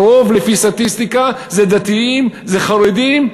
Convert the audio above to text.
הרוב, לפי סטטיסטיקה, הם דתיים, הם חרדים.